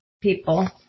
people